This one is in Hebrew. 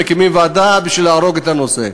מקימים ועדה בשביל להרוג את הנושא.